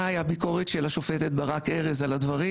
הביקורת של השופטת ברק ארז על הדברים,